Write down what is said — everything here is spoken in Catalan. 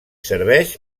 serveix